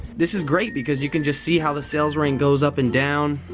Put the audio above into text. this is great because you can just see how the sales rank goes up and down.